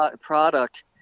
product